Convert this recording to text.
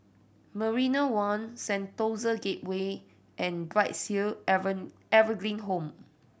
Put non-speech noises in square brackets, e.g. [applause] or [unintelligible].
Marina One Sentosa Gateway and Brights Hill [unintelligible] Evergreen Home